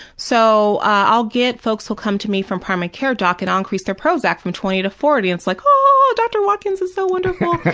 so i'll get folks who come to me from primary care docs and i'll increase their prozac from twenty to forty and it's like, oh, dr. watkins is so wonderful.